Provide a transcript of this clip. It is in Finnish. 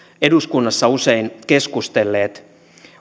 eduskunnassa usein keskustelleet